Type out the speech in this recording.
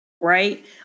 right